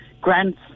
grants